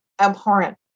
abhorrent